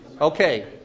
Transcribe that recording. Okay